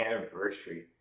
anniversary